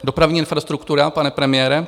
Dopravní infrastruktura, pane premiére?